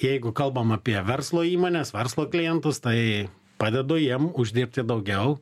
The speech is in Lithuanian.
jeigu kalbam apie verslo įmones verslo klientus tai padedu jiem uždirbti daugiau